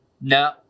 No